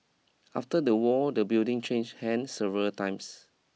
after the war the building changed hands several times